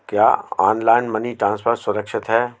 क्या online money transfer सुरक्षित है?